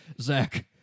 Zach